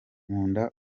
nkunda